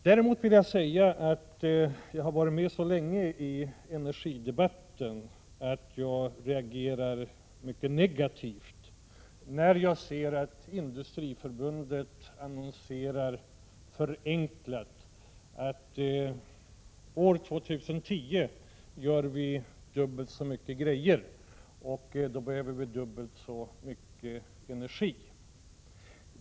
Däremot vill jag säga att jag varit med så länge i energidebatten att jag reagerar mycket negativt när jag ser att Industriförbundet i annonser framför budskapet — förenklat uttryckt — att år 2010 tillverkar vi dubbelt så många saker och då behöver vi dubbelt så mycket energi.